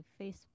Facebook